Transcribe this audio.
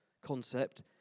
concept